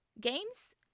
games